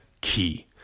key